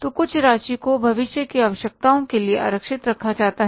तो कुछ राशि को भविष्य की आवश्यकताओं के लिए आरक्षित रखा जाता है